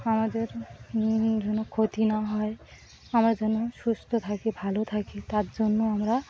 আমাদের যেন ক্ষতি না হয় আমরা যেন সুস্থ থাকি ভালো থাকি তার জন্য আমরা